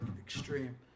extreme